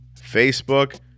Facebook